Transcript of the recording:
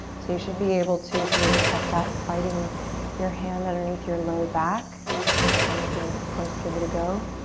so you should be able to, if you were to test out sliding your hand underneath your low back and you can of course give it a go,